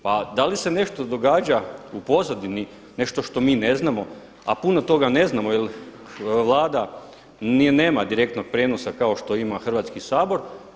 Pa da li se nešto događa u pozadini nešto što mi ne znamo, a puno toga ne znamo, jer Vlada nema direktnog prijenosa kao što ima Hrvatski sabor.